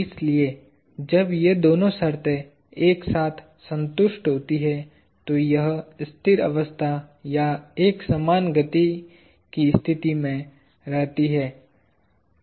इसलिए जब ये दोनों शर्तें एक साथ संतुष्ट होती हैं तो यह स्थिर अवस्था या एकसमान गति की स्थिति में रहती है